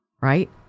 right